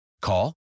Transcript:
Call